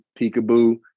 peekaboo